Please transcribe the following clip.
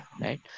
right